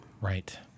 Right